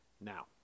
now